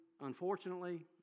unfortunately